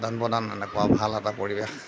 আদান প্ৰদান এনেকুৱা ভাল এটা পৰিৱেশ